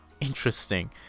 interesting